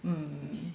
mm